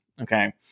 Okay